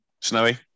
Snowy